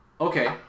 Okay